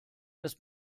dass